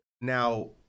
now